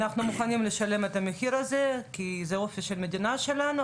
אנחנו מוכנים לשלם את המחיר הזה כי זה האופי של המדינה שלנו,